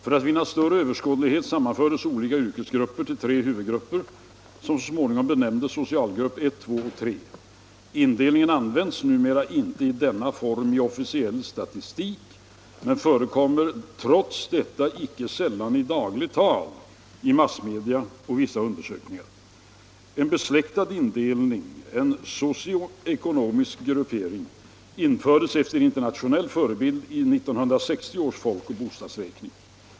För att vinna större överskådlighet sammanfördes olika yrkesgrupper till tre huvudgrupper, som så småningom benämndes socialgrupp 1, 2 och 3. Indelningen används numera inte i denna form i officiell statistik men förekommer trots detta inte sällan i dagligt tal, i massmedia och i vissa undersökningar. En besläktad indelning, en socio-ekonomisk gruppering, infördes efter internationell förebild i 1960 års folkoch bostadsräkning.